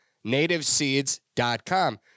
NativeSeeds.com